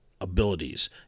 abilities